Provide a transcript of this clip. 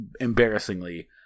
embarrassingly